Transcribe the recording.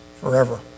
forever